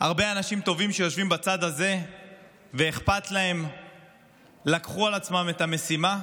הרבה אנשים טובים שיושבים בצד זה ואכפת להם לקחו על עצמם את המשימה,